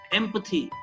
empathy